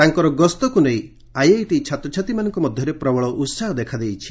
ତାଙ୍କର ଗସ୍ତକୁ ନେଇ ଆଇଆଇଟି ଛାତ୍ରଛାତ୍ରୀମାନଙ୍କ ମଧ୍ୟରେ ପ୍ରବଳ ଉହାହ ଦେଖାଦେଇଛି